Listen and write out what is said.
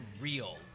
real